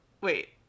wait